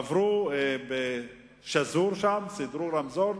עברו בשגור, סידרו רמזור,